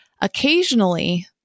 occasionally